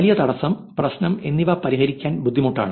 വലിയ തടസ്സം പ്രശ്നം എന്നിവ പരിഹരിക്കാൻ ബുദ്ധിമുട്ടാണ്